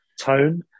tone